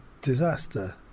disaster